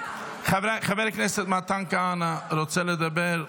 חבר הכנסת רם בן ברק, אתה רוצה לדבר?